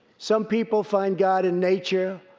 some people find god in nature.